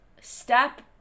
step